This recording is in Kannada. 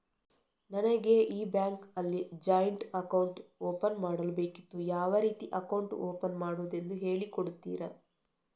ನನಗೆ ಈ ಬ್ಯಾಂಕ್ ಅಲ್ಲಿ ಜಾಯಿಂಟ್ ಅಕೌಂಟ್ ಓಪನ್ ಮಾಡಲು ಬೇಕಿತ್ತು, ಯಾವ ರೀತಿ ಅಕೌಂಟ್ ಓಪನ್ ಮಾಡುದೆಂದು ಹೇಳಿ ಕೊಡುತ್ತೀರಾ?